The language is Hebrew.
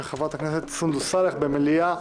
של חברת הכנסת סונדוס סאלח בנושא: